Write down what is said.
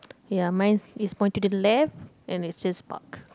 ya mine is is pointed to the left and it says buck